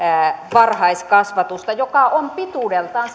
varhaiskasvatusta joka on pituudeltaan